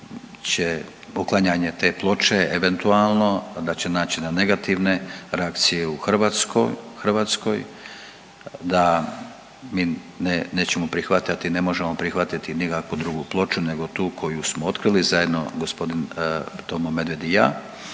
će poklanjanje te ploče eventualno, da će naići na negativne reakcije u Hrvatskoj, da mi nećemo prihvatati i ne možemo prihvatiti nikakvu drugu ploču koju smo otkrili zajedno gospodin Tomo Medved i ja,